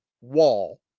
wall